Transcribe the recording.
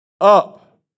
Up